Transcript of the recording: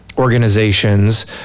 organizations